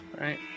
right